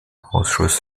ausschuss